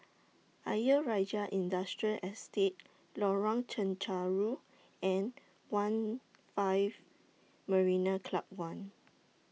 Ayer Rajah Industrial Estate Lorong Chencharu and one five Marina Club one